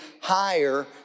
higher